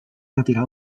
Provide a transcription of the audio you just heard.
retirar